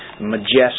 majestic